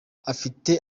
afite